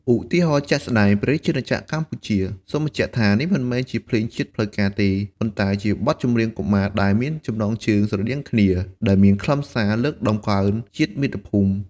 ឧទាហរណ៍ជាក់ស្ដែងបទ "ព្រះរាជាណាចក្រកម្ពុជា" (សូមបញ្ជាក់ថានេះមិនមែនជាភ្លេងជាតិផ្លូវការទេ ប៉ុន្តែជាបទចម្រៀងកុមារដែលមានចំណងជើងស្រដៀងគ្នា) ដែលមានខ្លឹមសារលើកតម្កើងជាតិ មាតុភូមិ។